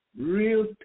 real